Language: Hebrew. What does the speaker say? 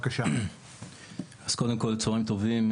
צהריים טובים,